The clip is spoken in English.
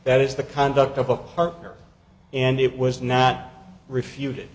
that is the conduct of a partner and it was not refuted